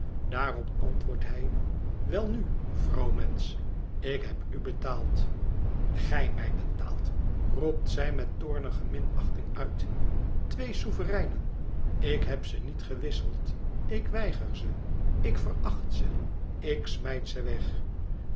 daarop antwoordt hij welnu vrouwmensch ik heb u betaald gij mij betaald roept zij met toornige minachting uit twee souvereinen ik heb ze niet gewisseld ik weiger ze ik veracht ze ik smijt ze weg